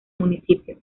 municipio